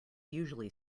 usually